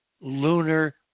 lunar